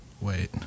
Wait